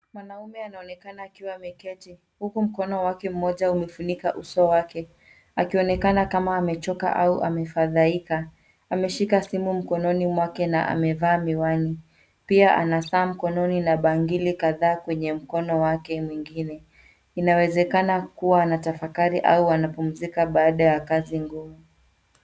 Mwanaume anaonekana akiwa ameketi, huku mkono wake mmoja umefunika uso wake, akionekana kama amechoka au amefadhaika. Ameshika simu mkononi mwake na amevaa miwani, pia ana saa mkononi na bangili kadhaa kwenye mkono wake mwingine. Inawezekana kuwa anatafakari au anapumzika baada ya kazi ngumu.